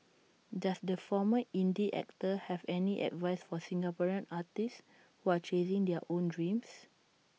does the former indie actor have any advice for Singaporean artists who are chasing their own dreams